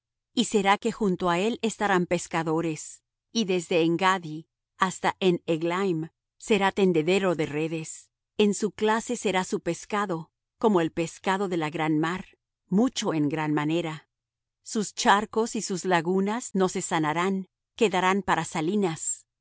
y será que junto á él estarán pescadores y desde en gadi hasta en eglaim será tendedero de redes en su clase será su pescado como el pescado de la gran mar mucho en gran manera sus charcos y sus lagunas no se sanarán quedarán para salinas